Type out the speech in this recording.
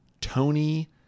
Tony